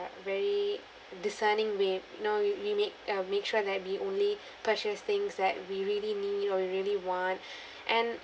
very discerning way you know you you make uh make sure that we only purchase things that we really need or really want and